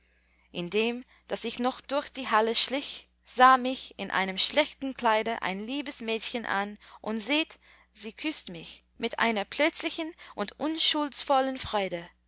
daß ich noch durch die halle schlich sah mich in einem schlechten kleide ein liebes mädchen an und seht sie küßte mich mit einer plötzlichen und unschuldsvollen freude